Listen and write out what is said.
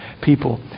people